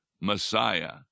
Messiah